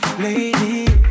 lady